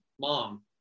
mom